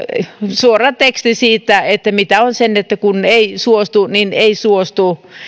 suora teksti siitä mitä on se että kun ei suostu niin ei suostu